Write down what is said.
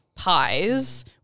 pies